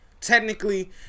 Technically